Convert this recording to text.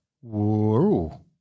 Whoa